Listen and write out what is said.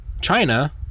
China